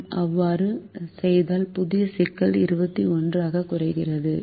நாம் அவ்வாறு செய்தால் புதிய சிக்கல் 21 ஆகக் குறைகிறது